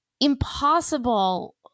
impossible